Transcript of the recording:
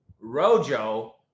rojo